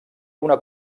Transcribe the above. una